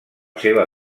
seva